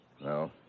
No